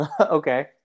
okay